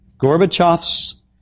Gorbachev's